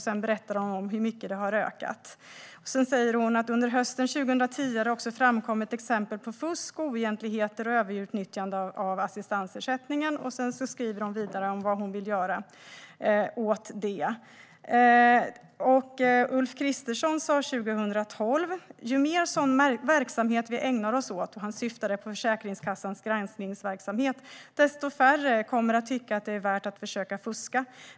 Sedan berättade hon om hur mycket de har ökat. Sedan sa hon: "Under hösten 2010 har det också framkommit exempel på fusk, oegentligheter och överutnyttjande av assistansersättningen." Vidare skriver hon vad hon vill göra åt det. Ulf Kristersson sa 2012: "Ju mer sådan verksamhet vi ägnar oss åt ."- och här syftade han på Försäkringskassans granskningsverksamhet -". desto färre kommer att tycka att det är värt att försöka fuska.